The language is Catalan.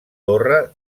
torre